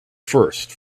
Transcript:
first